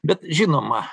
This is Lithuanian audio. bet žinoma